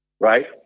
right